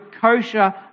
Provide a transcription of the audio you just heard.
kosher